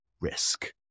risk